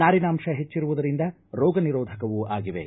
ನಾರಿನಾಂಶ ಹೆಚ್ಚಿರುವುದರಿಂದ ರೋಗ ನಿರೋಧಕವೂ ಆಗಿವೆ